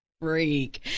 Freak